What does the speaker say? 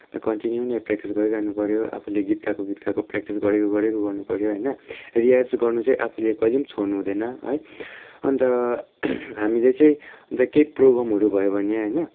continue नै practice गरिरहनु पऱ्यो आफूले गीत गाएको गीत गाएको प्र्याक्टिस गरेको गरेको गर्नुपऱ्यो होइन रियाज गर्नु चाहिँ आफूले कहिले पनि छोड्नु हुँदैन है अन्त हामीले चाहिँ अन्त केही प्रोग्रामहरू भयो भने होइन